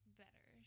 better